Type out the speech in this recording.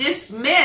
Dismiss